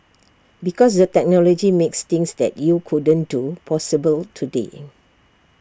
because the technology makes things that you couldn't do possible today